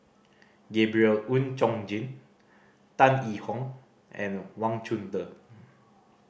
Gabriel Oon Chong Jin Tan Yee Hong and Wang Chunde